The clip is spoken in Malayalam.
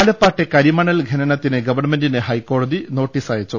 ആലപ്പാട്ടെ കരിമണൽ ഖനനത്തിൽ ഗവൺമെന്റിന് ഹൈക്കോടതി നോട്ടീസ് അയച്ചു